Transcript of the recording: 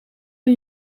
een